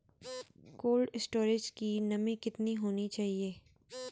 Cold storage की नमी कितनी होनी चाहिए?